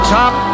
top